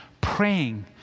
praying